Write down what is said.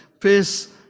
face